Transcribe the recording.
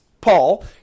Paul